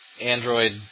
Android